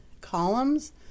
columns